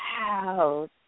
Wow